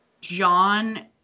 John